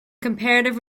comparative